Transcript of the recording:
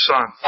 Son